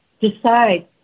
decide